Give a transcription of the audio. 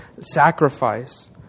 sacrifice